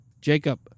Jacob